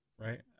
right